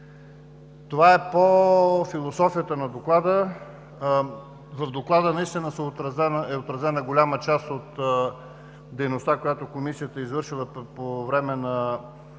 Това е по философията на Доклада. В Доклада наистина е отразена голяма част от дейността, която Комисията е извършила по време на